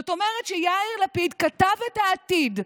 זאת אומרת שיאיר לפיד כתב את העתיד,